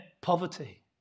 poverty